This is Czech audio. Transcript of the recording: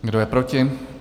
Kdo je proti?